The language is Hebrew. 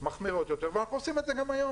מחמירות יותר ואנחנו עושים את זה גם היום,